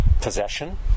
possession